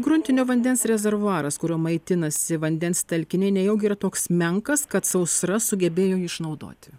gruntinio vandens rezervuaras kuriuo maitinasi vandens telkiniai nejaugi yra toks menkas kad sausra sugebėjo jį išnaudoti